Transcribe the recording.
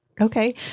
Okay